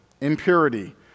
impurity